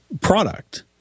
product